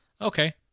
Okay